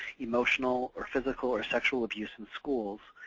emotional or physical or sexual abuse in schools,